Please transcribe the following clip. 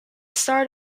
starred